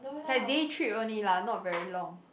like day trip only lah not very long